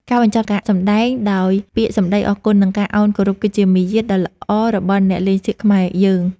ការបញ្ចប់ការសម្តែងដោយពាក្យសម្តីអរគុណ និង ការឱនគោរពគឺជាមារយាទដ៏ល្អរបស់អ្នកលេងសៀកខ្មែរយើង។